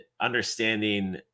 understanding